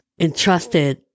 entrusted